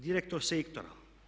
Direktor sektora?